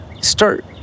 start